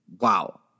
Wow